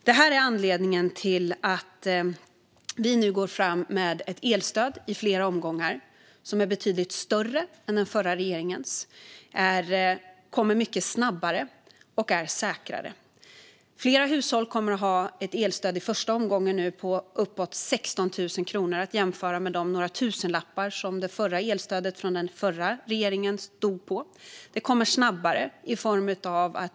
Detta är anledningen till att vi nu går fram med ett elstöd i flera omgångar som är betydligt större än den förra regeringens, kommer mycket snabbare och är säkrare. Flera hushåll kommer nu att ha ett elstöd i första omgången på uppåt 16 000 kronor, att jämföra med de några tusenlappar som det förra elstödet från den förra regeringen låg på. Det kommer också snabbare.